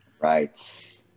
Right